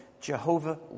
Jehovah